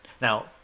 Now